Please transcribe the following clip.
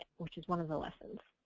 which was one of the lessons.